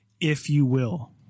if-you-will